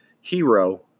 hero